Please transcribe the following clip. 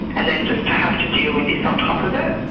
and then just to have to deal with this on top of it,